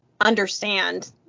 understand